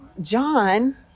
John